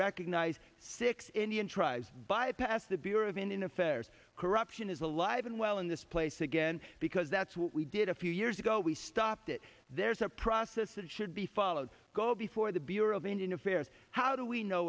recognize six indian tribes bypass the bureau of indian affairs corruption is alive and well in this place again because that's what we did a few years ago we stopped it there's a process that should be followed go before the bureau of indian affairs how do we know